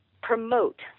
promote